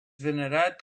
venerat